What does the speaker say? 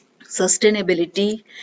sustainability